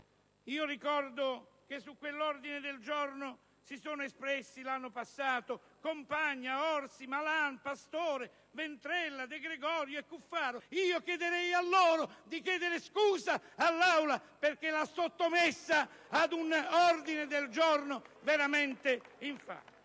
Ricordo che su quell'ordine del giorno si sono espressi l'anno passato i senatori Compagna, Orsi, Malan, Pastore, Vetrella, De Gregorio e Cuffaro: li inviterei a chiedere scusa all'Aula, perché l'hanno sottomessa ad un ordine del giorno veramente infame.